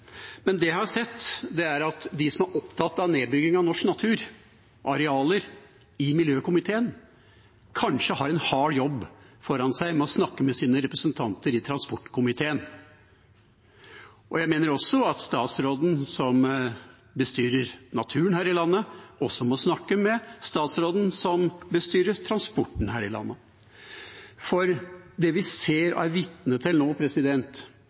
Men det jeg har sett, er at de som er opptatt av nedbygging av norsk natur og arealer, i miljøkomiteen, kanskje har en hard jobb foran seg med å snakke med sine representanter i transportkomiteen. Jeg mener også at statsråden som bestyrer naturen her i landet, også må snakke med statsråden som bestyrer transporten her i landet. For det vi ser og er vitne til nå